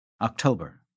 October